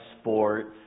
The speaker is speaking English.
sports